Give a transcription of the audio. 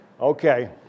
Okay